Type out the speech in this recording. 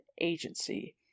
agency